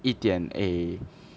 一点 eh